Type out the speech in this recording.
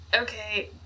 okay